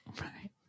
right